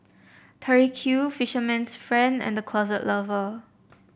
Tori Q Fisherman's Friend and The Closet Lover